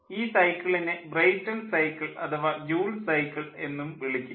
ഈ സൈക്കിളിനെ Brayton cycle അഥവാ ജൂൾ സൈക്കിൾ എന്നു വിളിക്കുന്നു